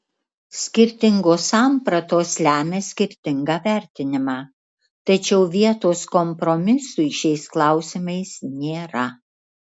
skirtingos sampratos lemia skirtingą vertinimą tačiau vietos kompromisui šiais klausimais nėra